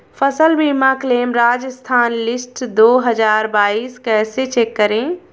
फसल बीमा claim Rajasthan list दो हज़ार बाईस कैसे चेक करें?